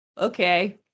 okay